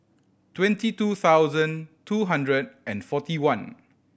twenty two thousand two hundred and forty one